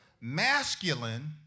Masculine